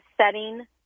setting